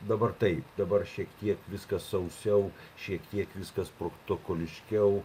dabar taip dabar šiek tiek viskas sausiau šiek tiek viskas protokoliškiau